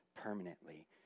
permanently